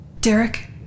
Derek